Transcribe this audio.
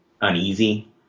uneasy